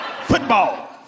Football